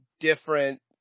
different